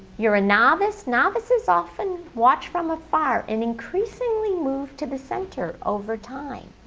you're a novice. novices often watch from afar and increasingly move to the center over time.